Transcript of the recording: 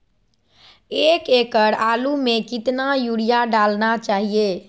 एक एकड़ आलु में कितना युरिया डालना चाहिए?